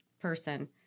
person